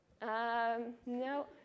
No